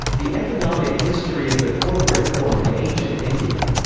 the economic history of the corporate form in ancient india.